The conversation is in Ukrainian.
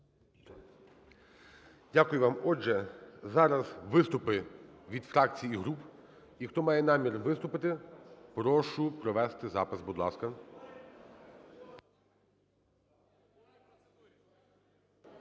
Дякую вам. Отже зараз виступи від фракцій і груп, і хто має намір виступити, прошу провести запис, будь ласка.